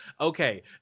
okay